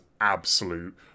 absolute